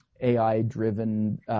AI-driven